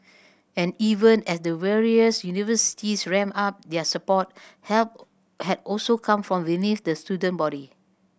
and even as the various universities ramp up their support help has also come from within the student body